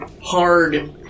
hard